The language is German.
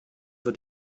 wird